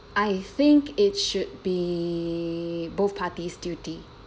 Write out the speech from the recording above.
I think it should be both parties' duty